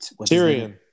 Tyrion